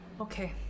Okay